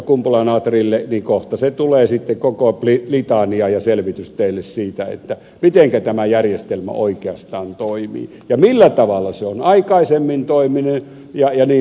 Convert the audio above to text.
kumpula natrille niin kohta se tulee sitten koko litania ja selvitys teille siitä mitenkä tämä järjestelmä oikeastaan toimii ja millä tavalla se on aikaisemmin toiminut jnp